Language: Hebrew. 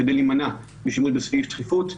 כדי להימנע משימוש בסעיף דחיפות.